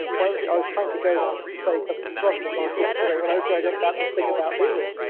but i was trying to go down into saying something productive like when i was going on about this thing about readers,